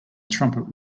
trumpet